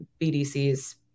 bdc's